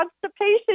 constipation